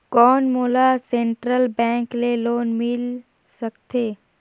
कौन मोला central bank ले लोन मिल सकथे?